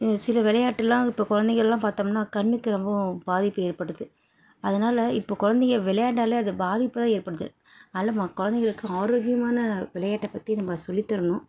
சில விளையாட்டுலாம் இப்போ கொழந்தைகள்லாம் பார்த்தோம்னா கண்ணுக்கு ரொம்பவும் பாதிப்பு ஏற்படுது அதனால இப்போ கொழந்தைங்க விளையாண்டாலே அது பாதிப்பு தான் ஏற்படுது அதனால் கொழந்தைகளுக்கு ஆரோக்கியமான விளையாட்டை பற்றி நம்ம சொல்லித் தரணும்